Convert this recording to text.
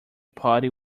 party